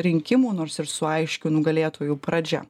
rinkimų nors ir su aiškiu nugalėtoju pradžia